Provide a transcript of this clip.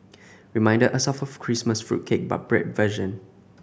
reminded us of a Christmas fruit cake but bread version